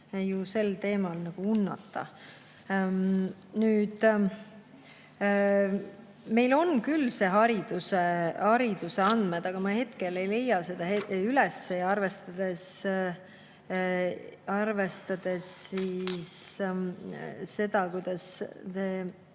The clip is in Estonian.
sel teemal nagu unnata. Nüüd, meil on küll hariduse andmed, aga ma hetkel ei leia neid üles. Ning arvestades seda, kuidas